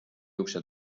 ukse